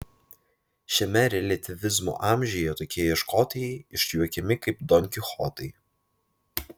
šiame reliatyvizmo amžiuje tokie ieškotojai išjuokiami kaip don kichotai